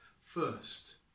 first